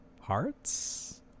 hearts